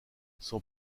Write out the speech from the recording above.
son